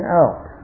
out